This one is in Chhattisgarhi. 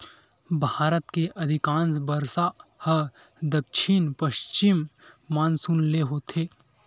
भारत के अधिकांस बरसा ह दक्छिन पस्चिम मानसून ले होथे